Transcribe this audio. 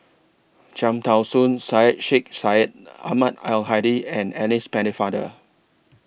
Cham Tao Soon Syed Sheikh Syed Ahmad Al Hadi and Alice Pennefather